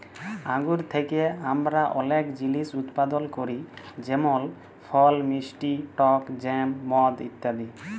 আঙ্গুর থ্যাকে আমরা অলেক জিলিস উৎপাদল ক্যরি যেমল ফল, মিষ্টি টক জ্যাম, মদ ইত্যাদি